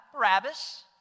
Barabbas